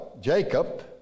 Jacob